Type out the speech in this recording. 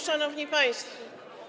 Szanowni Państwo!